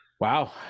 wow